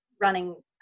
running